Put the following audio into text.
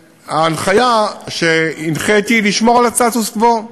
וההנחיה שהנחיתי הייתה לשמור על הסטטוס קוו.